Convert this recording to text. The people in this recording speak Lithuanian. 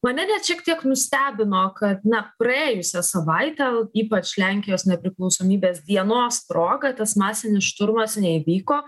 mane net šiek tiek nustebino kad na praėjusią savaitę o ypač lenkijos nepriklausomybės dienos proga tas masinis šturmas neįvyko